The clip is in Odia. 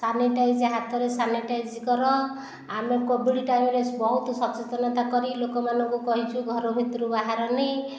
ସାନିଟାଇଜ୍ ହାତରେ ସାନିଟାଇଜ୍ କର ଆମେ କୋଭିଡ଼ ଟାଇମରେ ବହୁତ ସଚେତନତା କରି ଲୋକମାନଙ୍କୁ କହିଛୁ ଘର ଭିତରୁ ବାହାରନି